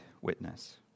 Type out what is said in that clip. witness